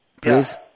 please